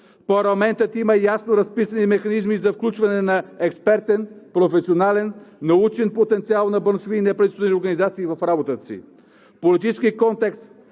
Парламентът има ясно разписани механизми за включване на експертен, професионален, научен и потенциал на браншови и неправителствени организации в работата си. В политически контекст